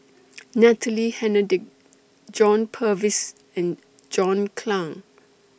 Natalie Hennedige John Purvis and John Clang